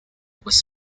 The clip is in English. was